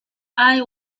eye